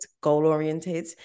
goal-oriented